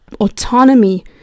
autonomy